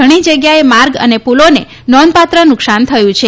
ઘણી જગ્યાએ માર્ગ અને પુલોને નોંધપાત્ર નુકસાન થયું છે